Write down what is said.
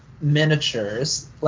miniatures